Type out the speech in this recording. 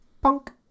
Punk